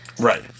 Right